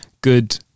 good